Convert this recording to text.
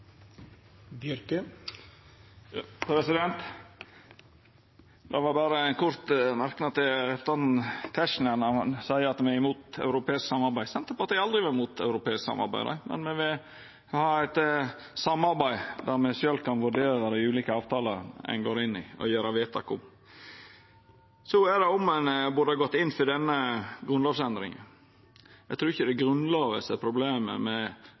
når han seier at me er imot europeisk samarbeid: Senterpartiet har aldri vore imot europeisk samarbeid, men me vil ha eit samarbeid der me sjølve kan vurdera dei ulike avtalane ein går inn i og gjer vedtak om. Så til om ein burde ha gått inn for denne grunnlovsendringa: Eg trur ikkje det er Grunnlova som er problemet